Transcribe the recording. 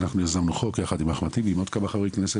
אנחנו יזמנו חוק יחד עם אחמד טיבי עם עוד כמה חברי כנסת